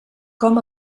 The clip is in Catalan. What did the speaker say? com